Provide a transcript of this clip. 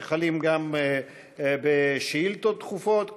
שחלים בשאילתות דחופות,